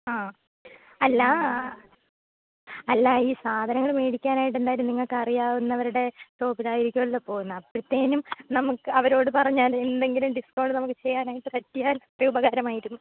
ആ അല്ല അല്ല ഈ സാധനങ്ങൾ മേടിക്കാനായിട്ട് എന്തായാലും നിങ്ങൾക്ക് അറിയാവുന്നവരുടെ ഷോപ്പിൽ ആയിരിക്കുമല്ലോ പോകുന്നത് അപ്പോഴത്തേനും നമുക്ക് അവരോട് പറഞ്ഞാൽ എന്തെങ്കിലും ഡിസ്കൗണ്ട് നമുക്ക് ചെയ്യാനായിട്ട് പറ്റിയാൽ ഒരു ഉപകാരമായിരുന്നു